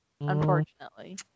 unfortunately